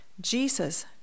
Jesus